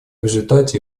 результате